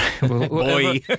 Boy